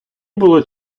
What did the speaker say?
було